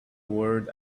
word